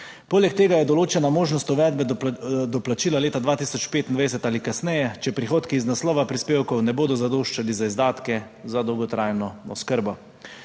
Poleg tega je določena možnost uvedbe doplačila leta 2025 ali kasneje, če prihodki iz naslova prispevkov ne bodo zadoščali za izdatke za dolgotrajno oskrbo.